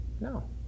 No